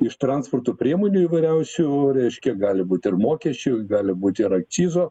iš transporto priemonių įvairiausių reiškia gali būt ir mokesčių gali būt ir akcizo